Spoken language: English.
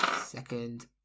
Second